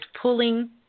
pulling